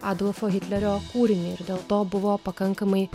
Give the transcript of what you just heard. adolfo hitlerio kūrinį ir dėl to buvo pakankamai